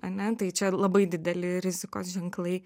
ane tai čia labai dideli rizikos ženklai